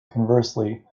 conversely